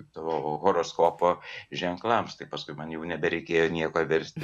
to horoskopo ženklams tai paskui man jau nebereikėjo nieko versti